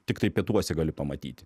tiktai pietuose gali pamatyti